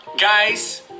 guys